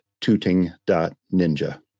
tooting.ninja